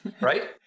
right